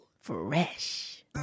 Fresh